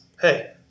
hey